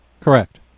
Correct